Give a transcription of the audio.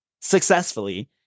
successfully